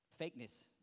fakeness